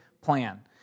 plan